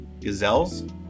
Gazelles